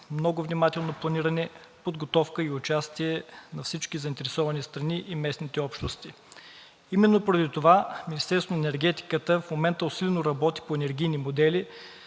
много внимателно планиране, подготовка и участие на всички заинтересовани страни и местните общности. Именно поради това Министерството на енергетиката в момента усилено работи по енергийни модели